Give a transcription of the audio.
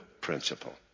principle